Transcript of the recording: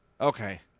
okay